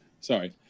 sorry